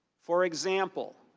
for example,